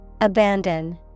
Abandon